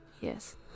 Yes